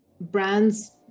brands